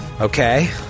Okay